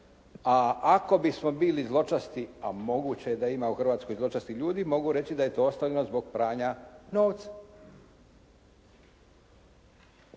a ako bismo bili zločesti, a moguće je da ima u Hrvatskoj zločestih ljudi, mogu reći da je to ostavljeno zbog pranja novca